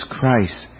Christ